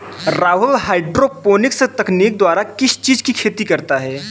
Rahul hydroponics तकनीक द्वारा किस चीज की खेती करता है?